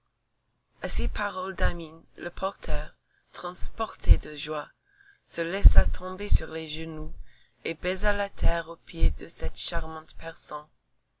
à ces paroles d'amine le porteur transporté de joie se laissa tomber sur les genoux et baisa la terre aux pieds de cette charmante personne